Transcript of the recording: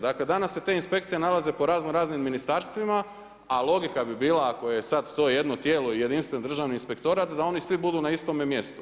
Dakle, danas se te inspekcije nalaze po razno raznim ministarstvima, a logika bi bila da ako je to sad jedno tijelo, jedinstveni državni inspektorat, da oni svi budu na istome mjestu.